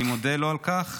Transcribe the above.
אני מודה לו על כך,